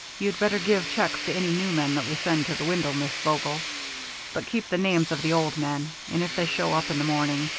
you'd better give checks to any new men that we send to the window, miss vogel but keep the names of the old men, and if they show up in the morning,